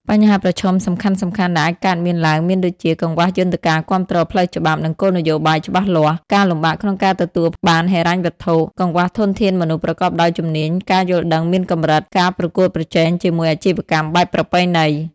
បញ្ហាប្រឈមសំខាន់ៗដែលអាចកើតមានឡើងមានដូចជា កង្វះយន្តការគាំទ្រផ្លូវច្បាប់ និងគោលនយោបាយច្បាស់លាស់ ការលំបាកក្នុងការទទួលបានហិរញ្ញវត្ថុ កង្វះធនធានមនុស្សប្រកបដោយជំនាញ ការយល់ដឹងមានកម្រិត ការប្រកួតប្រជែងជាមួយអាជីវកម្មបែបប្រពៃណី ។